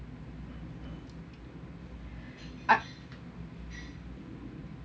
ah